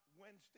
Wednesday